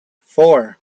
four